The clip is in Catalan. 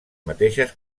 mateixes